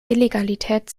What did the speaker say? illegalität